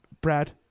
Brad